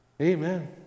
Amen